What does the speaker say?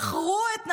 שמכרו את נפשם,